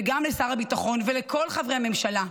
וגם לשר הביטחון ולכל חברי הממשלה,